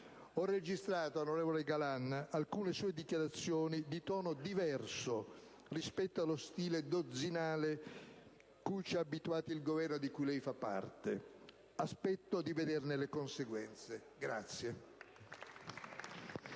Ho registrato, ministro Galan, alcune sue dichiarazioni di tono diverso rispetto allo stile dozzinale cui ci ha abituati il Governo di cui lei fa parte. Aspetto di vederne le conseguenze.